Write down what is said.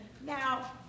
Now